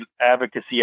advocacy